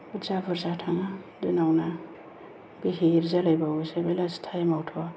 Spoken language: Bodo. बुरजा बुरजा थाङो दिनावनो बिहिर जालायबावोसो बेलासि टाइमावथ'